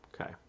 Okay